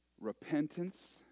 repentance